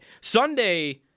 Sunday